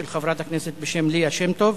של חברת הכנסת בשם ליה שמטוב,